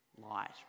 light